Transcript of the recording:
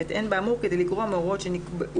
אם נצטרך